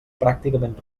pràcticament